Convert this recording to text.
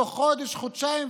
תוך חודש-חודשיים,